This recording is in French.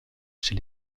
chez